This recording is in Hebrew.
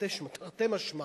תרתי משמע,